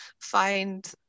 find